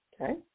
Okay